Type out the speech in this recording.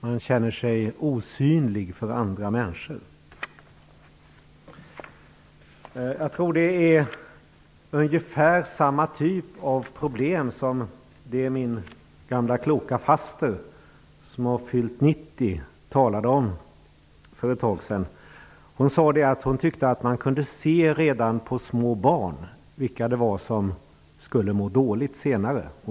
Man känner sig osynlig för andra människor. Jag tror att det är ungefär samma typ av problem som det min gamla kloka faster, som har fyllt 90, talade om för ett tag sedan. Hon sade att hon tyckte att man kunde se redan på små barn vilka som skulle må dåligt senare.